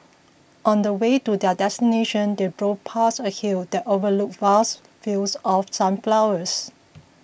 on the way to their destination they drove past a hill that overlooked vast fields of sunflowers